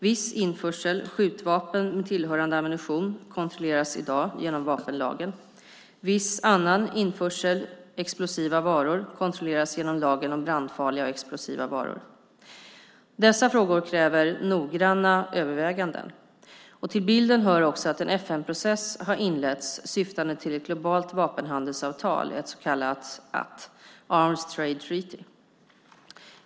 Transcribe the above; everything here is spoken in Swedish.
Viss införsel - skjutvapen med tillhörande ammunition - kontrolleras i dag genom vapenlagen. Viss annan införsel - explosiva varor - kontrolleras genom lagen om brandfarliga och explosiva varor. Dessa frågor kräver noggranna överväganden. Till bilden hör också att en FN-process har inletts syftande till ett globalt vapenhandelsavtal, ett så kallat ATT .